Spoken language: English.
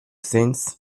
since